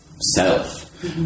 self